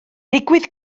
digwydd